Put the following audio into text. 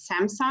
Samsung